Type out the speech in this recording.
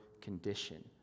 condition